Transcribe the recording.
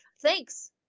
thanks